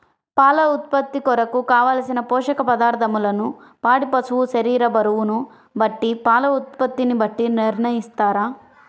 పాల ఉత్పత్తి కొరకు, కావలసిన పోషక పదార్ధములను పాడి పశువు శరీర బరువును బట్టి పాల ఉత్పత్తిని బట్టి నిర్ణయిస్తారా?